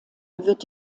wird